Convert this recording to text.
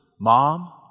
mom